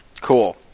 Cool